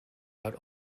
out